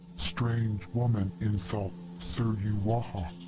strange woman insult suruwaha!